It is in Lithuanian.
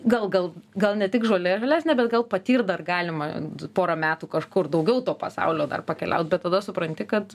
gal gal gal ne tik žolė žalesnė bet gal patirt dar galima pora metų kažkur daugiau to pasaulio dar pakeliaut bet tada supranti kad